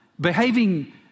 behaving